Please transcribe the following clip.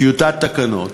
טיוטת תקנות.